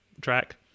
track